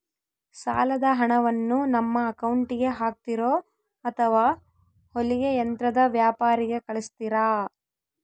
ಸಾಲದ ಹಣವನ್ನು ನಮ್ಮ ಅಕೌಂಟಿಗೆ ಹಾಕ್ತಿರೋ ಅಥವಾ ಹೊಲಿಗೆ ಯಂತ್ರದ ವ್ಯಾಪಾರಿಗೆ ಕಳಿಸ್ತಿರಾ?